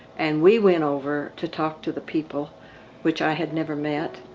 and we went over to talk to the people which i had never met.